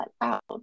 out